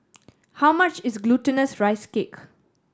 how much is Glutinous Rice Cake